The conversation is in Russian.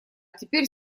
теперь